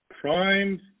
prime